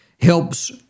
helps